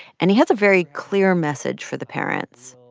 and he has a very clear message for the parents.